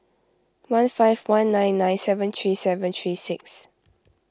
one five one nine nine seven three seven three six